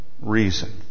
reason